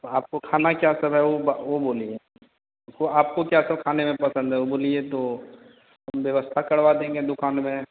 आपको खाना क्या सब है वह बा वह बोलिए तो आपको क्या सब खाने में पसन्द है वह बोलिए तो हम व्यवस्था करवा देंगे दुकान में